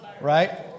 Right